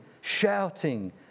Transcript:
shouting